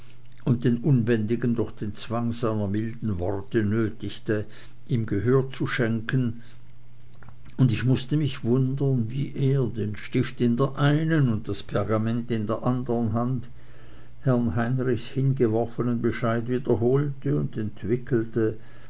und den unbändigen durch den zwang seiner milden worte nötigte ihm gehör zu schenken und ich mußte mich wundern wie er den stift in der einen und das pergament in der andern hand herrn heinrichs hingeworfenen bescheid wiederholte und entwickelte